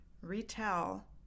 retell